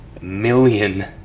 million